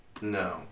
No